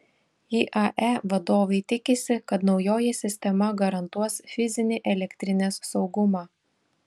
iae vadovai tikisi kad naujoji sistema garantuos fizinį elektrinės saugumą